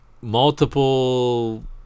multiple